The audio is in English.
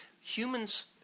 humans